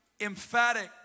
emphatic